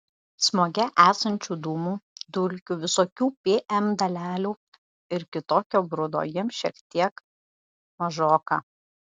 smoge esančių dūmų dulkių visokių pm dalelių ir kitokio brudo jiems šiek tiek mažoka